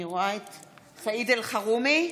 סעיד אלחרומי,